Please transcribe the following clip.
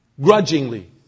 Grudgingly